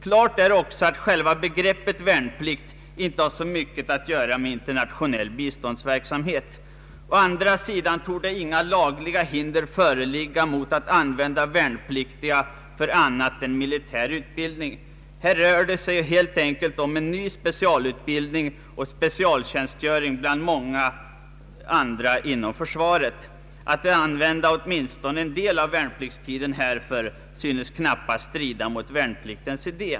Klart är också att själva begreppet ”värnplikt inte har så mycket att göra med internationell biståndsverksamhet. Åå andra sidan torde inga lagliga hinder föreligga mot att använda värnplikten för annat än militär utbildning. Här rör det sig ju helt enkelt om en ny specialutbildning och specialtjänstgöring bland många andra inom försvaret. Att använda åtminstone en del av värnpliktstiden härför synes knappast strida mot värnpliktens idé.